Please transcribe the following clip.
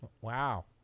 Wow